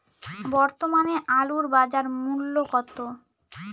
বর্তমানে আলুর বাজার মূল্য কত?